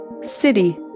city